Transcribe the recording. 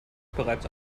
bereits